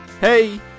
Hey